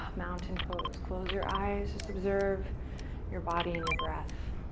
mountain pose, close your eyes. just observe your body and your breath.